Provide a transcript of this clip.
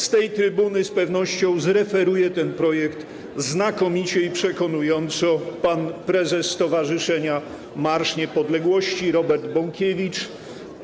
Z tej trybuny z pewnością zreferuje ten projekt znakomicie i przekonująco pan prezes Stowarzyszenia Marsz Niepodległości Robert Bąkiewicz.